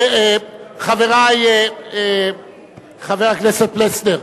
חברי חבר הכנסת פלסנר,